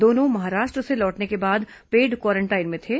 दोनों महाराष्ट्र से लौटने के बाद पेड क्वारेंटाइन में थे